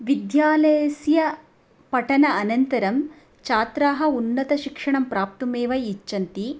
विद्यालयस्य पठनम् अनन्तरं छात्राः उन्नतशिक्षणं प्राप्तुमेव इच्छन्ति